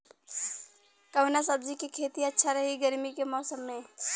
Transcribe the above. कवना सब्जी के खेती अच्छा रही गर्मी के मौसम में?